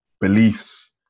beliefs